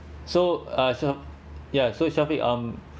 so uh sya~ ya so syafiq um